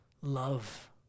love